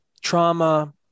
trauma